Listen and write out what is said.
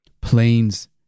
Planes